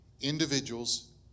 individuals